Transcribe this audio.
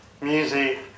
music